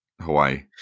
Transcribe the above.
hawaii